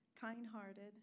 kind-hearted